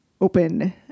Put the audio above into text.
Open